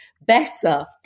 better